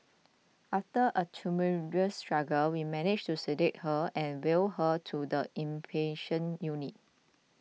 after a tumultuous struggle we managed to sedate her and wheel her to the inpatient unit